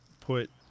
put